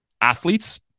athletes